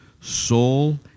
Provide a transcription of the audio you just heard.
soul